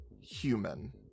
human